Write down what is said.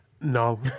No